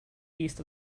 east